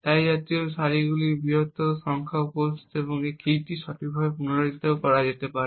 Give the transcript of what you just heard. তাই এই জাতীয় সারিগুলির বৃহত্তর সংখ্যা উপস্থিত আরও সঠিকভাবে কীটি সঠিকভাবে পুনরুদ্ধার করা যেতে পারে